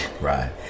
Right